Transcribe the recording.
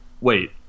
wait